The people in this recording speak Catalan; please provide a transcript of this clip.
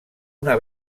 una